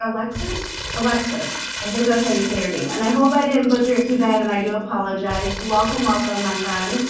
alexis alexis, i think that's how you say her name and i hope i didn't butcher it too bad and i do apologize welcome, welcome, my friend